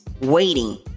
waiting